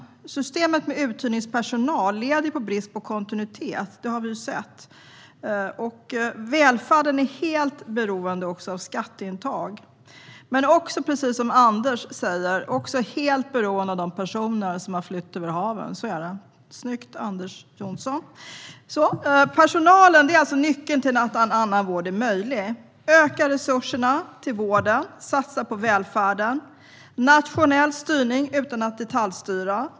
Systemet med uthyrningspersonal leder, som vi sett, till brist på kontinuitet. Välfärden är helt beroende av skatteintag men också, som Anders säger, av de personer som har flytt över haven. Snyggt, Anders Jonsson! Personalen är nyckeln till att vård är möjlig. Öka resurserna till vården, och satsa på välfärden. Inför nationell styrning utan att detaljstyra.